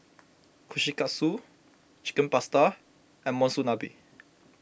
Kushikatsu Chicken Pasta and Monsunabe